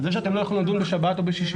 זה שאתם לא יכולים לדון בשבת או בשישי,